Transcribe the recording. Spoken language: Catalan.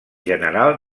general